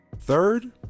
Third